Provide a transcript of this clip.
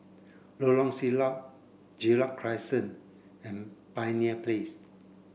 Lorong Siglap Gerald Crescent and Pioneer Place